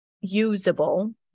usable